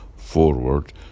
forward